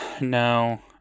No